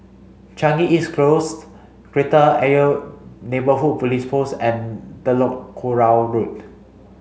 Changi East Close Kreta Ayer Neighbourhood Police Post and Telok Kurau Road